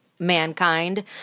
mankind